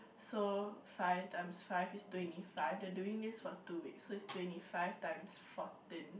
so five times five is twenty five they are doing this for two weeks so is twenty five times fourteen